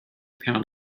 pound